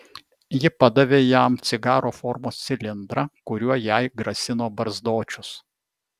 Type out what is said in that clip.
ji padavė jam cigaro formos cilindrą kuriuo jai grasino barzdočius